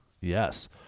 Yes